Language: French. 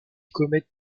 commettent